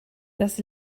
das